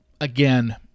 again